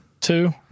Two